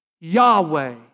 Yahweh